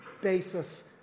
basis